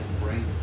brain